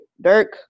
Dirk